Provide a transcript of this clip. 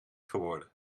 geworden